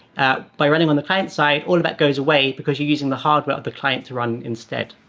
by running on the client side, all that goes away, because you're using the hardware of the client to run instead.